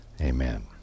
amen